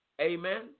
Amen